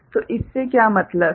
तो इससे क्या मतलब है